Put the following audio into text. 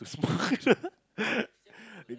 to smoke